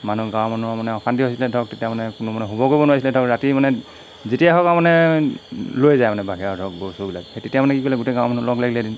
মানুহ গাঁৱৰ মানুহৰ মানে অশান্তি হৈছিলে ধৰক তেতিয়া মানে কোনো মানুহ শুব কৰিব নোৱাৰিছিলে ধৰক ৰাতি মানে যেতিয়া হওক বা মানে লৈ যায় মানে বাঘে আৰু ধৰক বস্তুবিলাক তেতিয়া মানে কি কৰিলে গোটেই গাঁৱৰ মানুহ লগ লাগিলে এদিন